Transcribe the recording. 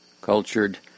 cultured